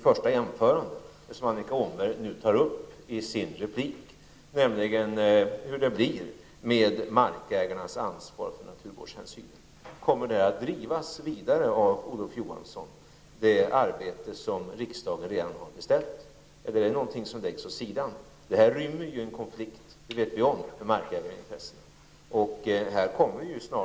Frågan som Annika Åhnberg tar upp i sin replik, nämligen hur det kommer att bli med markägarnas ansvar för naturvårdshänsyn, tog jag också upp i min första jämförande fråga. Kommer det arbete som riksdagen redan beställt att drivas vidare, Olof Johansson? Eller är det något som kommer att läggas åt sidan. Detta med markägarintressen rymmer en konflikt, det vet vi om.